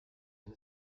and